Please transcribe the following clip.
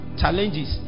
challenges